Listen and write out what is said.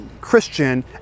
Christian